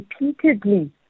repeatedly